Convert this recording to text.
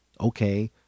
okay